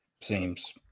Seems